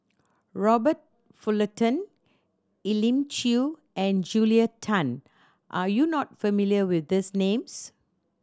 Robert Fullerton Elim Chew and Julia Tan are you not familiar with these names